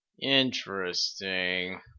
Interesting